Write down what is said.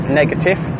negative